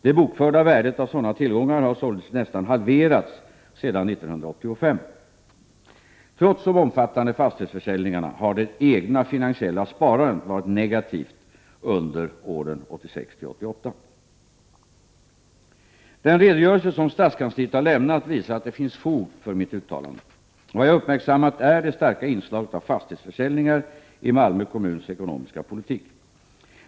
Det bokförda värdet av sådana tillgångar har således nästan halverats sedan 1985. Trots de omfattande fastighetsförsäljningarna har det egna finansiella sparandet varit negativt under åren 1986-1988. Den redogörelse som stadskansliet har lämnat visar att det finns fog för mitt uttalande. Vad jag uppmärksammat är det starka inslaget av fastighetsförsäljningar i Malmö kommuns ekonomiska politik.